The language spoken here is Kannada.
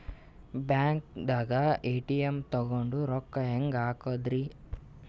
ಬ್ಯಾಂಕ್ದಾಗ ಎ.ಟಿ.ಎಂ ತಗೊಂಡ್ ರೊಕ್ಕ ಹೆಂಗ್ ಹಾಕದ್ರಿ?